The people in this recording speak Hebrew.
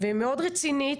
ומאוד רצינית,